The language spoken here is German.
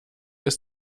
ist